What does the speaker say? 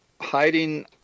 hiding